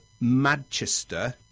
Manchester